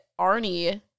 Arnie